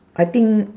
I think